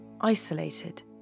isolated